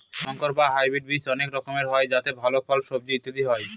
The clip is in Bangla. সংকর বা হাইব্রিড বীজ অনেক রকমের হয় যাতে ভাল ফল, সবজি ইত্যাদি হয়